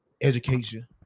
education